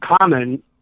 common